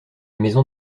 maison